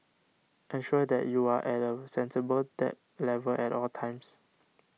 ensure that you are at a sensible debt level at all times